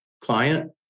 client